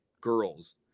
girls